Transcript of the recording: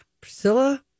Priscilla